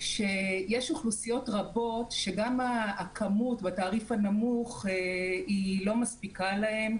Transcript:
שיש אוכלוסיות רבות שגם הכמות בתעריף הנמוך אינה מספיקה עבורן,